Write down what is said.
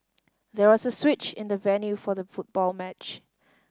there was a switch in the venue for the football match